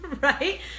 right